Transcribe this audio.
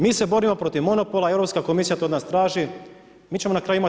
Mi se borimo protiv monopola, Europska komisija to od nas traži, mi ćemo na kraju imati